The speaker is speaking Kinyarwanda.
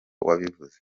wabivuze